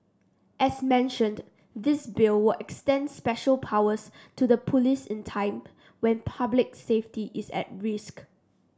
as mentioned this Bill will extend special powers to the police in time when public safety is at risk